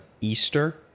Easter